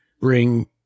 bring